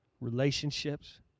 relationships